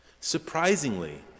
Surprisingly